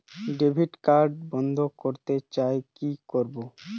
Debit card বন্ধ করতে চাই কি করব?